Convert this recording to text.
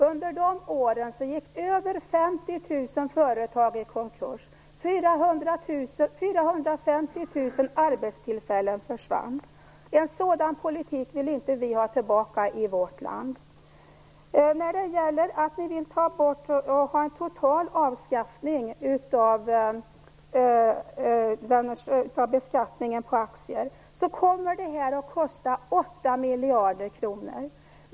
Under de åren gick över 50 000 företag i konkurs och 450 000 arbetstillfällen försvann. En sådan politik vill vi inte ha tillbaka i vårt land. När det gäller att ni helt vill avskaffa beskattningen av aktier skulle det kosta 8 miljarder kronor.